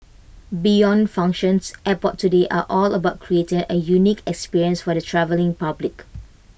beyond functions airports today are all about creating A unique experience for the travelling public